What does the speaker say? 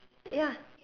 ya